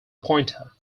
pointer